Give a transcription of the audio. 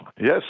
Yes